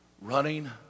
running